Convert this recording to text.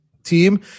team